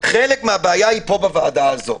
חלק מהבעיה היא פה, בוועדה הזאת.